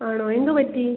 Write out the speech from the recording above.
ആണോ എന്തു പറ്റി